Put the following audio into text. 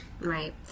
Right